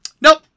nope